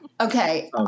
Okay